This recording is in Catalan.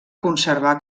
conservar